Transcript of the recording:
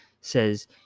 says